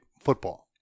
football